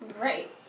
Right